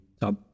top